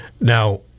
Now